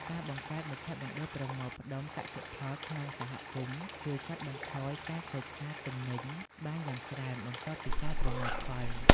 ការបង្កើតមជ្ឈមណ្ឌលប្រមូលផ្ដុំកសិផលក្នុងសហគមន៍ ជួយកាត់បន្ថយការខូចខាតទំនិញបានយ៉ាងច្រើនបន្ទាប់ពីការប្រមូលផល។